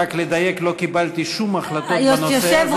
לא קיבלתי שום החלטות בנושא הזה.